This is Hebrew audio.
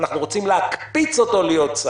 אנחנו רוצים להקפיץ אותו להיות שר.